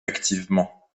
activement